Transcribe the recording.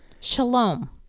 Shalom